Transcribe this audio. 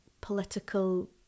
political